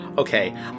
Okay